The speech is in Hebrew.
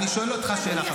אני שואל אותך שאלה,